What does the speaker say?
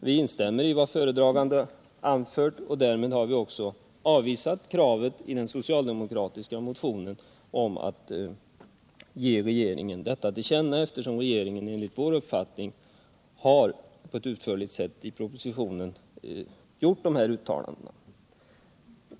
Vi instämmer i vad föredragande statsrådet anfört, och därmed har vi också avvisat kravet i den socialdemokratiska motionen, att riksdagen skulle ge regeringen detta till känna, eftersom regeringen enligt vår uppfattning i propositionen utförligt gjort de här uttalandena.